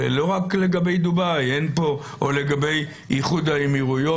זה לא רק לגבי דובאי או לגבי איחוד האמירויות.